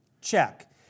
Check